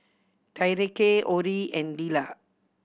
Tyreke Orie and Lila